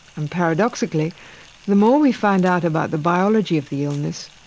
and paradoxically the more we find out about the biology of the illness,